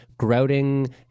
grouting